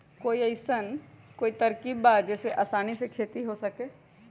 कोई अइसन कोई तरकीब बा जेसे आसानी से खेती हो सके?